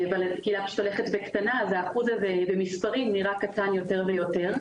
הקהילה פשוט הולכת וקטנה והאחוז הזה במספרים נראה קטן יותר ויותר.